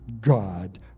god